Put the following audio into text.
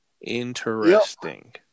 Interesting